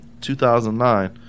2009